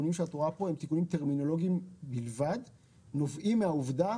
התיקונים שאת רואה פה הם טרמינולוגים בלבד והם נובעים מהעובדה